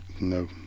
no